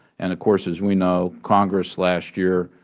and, of course, as we know, congress, last year,